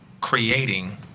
creating